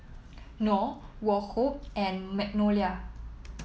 Knorr Woh Hup and Magnolia